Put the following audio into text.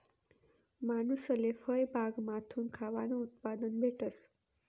मानूसले फयबागमाथून खावानं उत्पादन भेटस